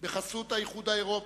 בחסות האיחוד האירופי.